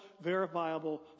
verifiable